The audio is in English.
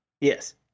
Yes